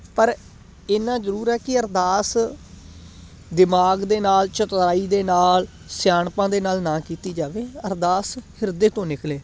ਪਰ ਇੰਨਾ ਜਰੂਰ ਹੈ ਕਿ ਅਰਦਾਸ ਦਿਮਾਗ ਦੇ ਨਾਲ ਚਤੁਰਾਈ ਦੇ ਨਾਲ ਸਿਆਣਪਾਂ ਦੇ ਨਾਲ ਨਾ ਕੀਤੀ ਜਾਵੇ ਅਰਦਾਸ ਹਿਰਦੇ ਤੋਂ ਨਿਕਲੇ